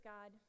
God